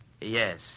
Yes